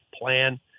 plan